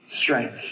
strength